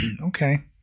Okay